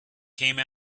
came